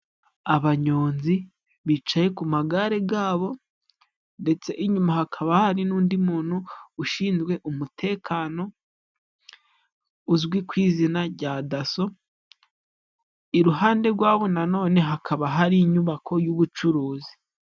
Abanyonzi bicaye ku magare gabo ndetse inyuma hakaba hari n'undi muntu ushinzwe umutekano uzwi ku izina rya daso iruhande rwabo nanone hakaba hari inyubako y'ubucuruzi.